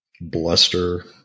bluster